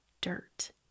dirt